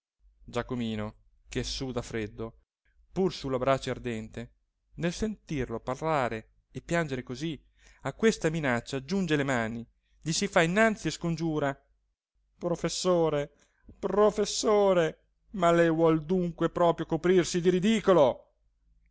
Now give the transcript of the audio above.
giacomino che suda freddo pur su la brace ardente nel sentirlo parlare e piangere così a questa minaccia giunge le mani gli si fa innanzi e scongiura professore professore ma lei vuol dunque proprio coprirsi di ridicolo